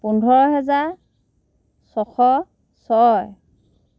পোন্ধৰ হাজাৰ ছয়শ ছয়